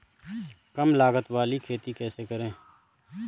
कम लागत वाली खेती कैसे करें?